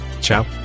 ciao